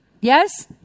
Yes